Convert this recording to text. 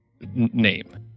name